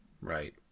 Right